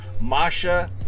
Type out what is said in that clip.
Masha